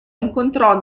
incontrò